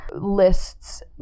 Lists